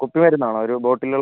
കുപ്പി മരുന്നാണോ ഒരു ബോട്ടില്